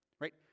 right